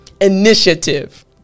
Initiative